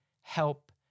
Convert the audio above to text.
help